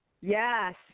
Yes